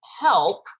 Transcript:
help